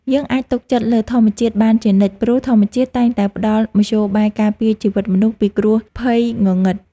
យើងអាចទុកចិត្តលើធម្មជាតិបានជានិច្ចព្រោះធម្មជាតិតែងតែផ្តល់មធ្យោបាយការពារជីវិតមនុស្សពីគ្រោះភ័យងងឹត។